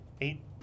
eight